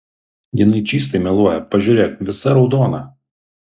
jinai čystai meluoja pažiūrėk visa raudona